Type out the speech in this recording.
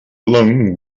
long